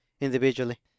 individually